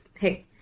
hey